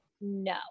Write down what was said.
no